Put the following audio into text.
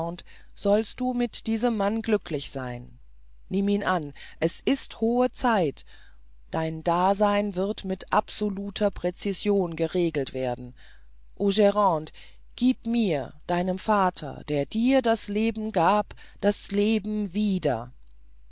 sollst du mit diesem mann glücklich sein nimm ihn an es ist hohe zeit dein dasein wird mit absolutester präcision geregelt werden o grande gieb mir deinem vater der dir das leben gab das leben wieder